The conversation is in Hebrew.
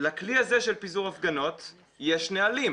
לכלי הזה של פיזור הפגנות יש נהלים.